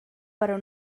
però